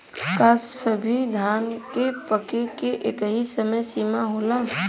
का सभी धान के पके के एकही समय सीमा होला?